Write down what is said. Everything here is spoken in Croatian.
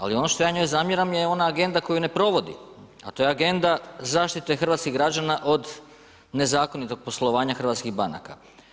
Ali, ono što ja njoj zamjeram, je ona agenda koju ne provodi, a to je agenda zaštite hrvatskih građana od nezakonitog poslovanja hrvatskih banaka.